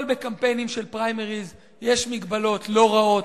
אבל בקמפיינים של פריימריס יש מגבלות לא רעות,